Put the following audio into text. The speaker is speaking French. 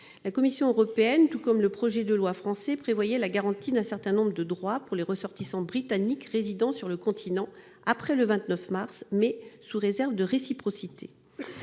La Commission européenne, tout comme le projet de loi français, prévoit la garantie d'un certain nombre de droits pour les ressortissants britanniques résidant sur le continent après le 29 mars, mais sous réserve de réciprocité.